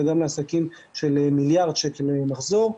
וגם לעסקים של מיליארד שקל מחזור.